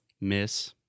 miss